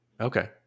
Okay